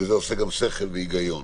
שזה עושה שכל והיגיון.